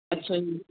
ਅੱਛਾ ਜੀ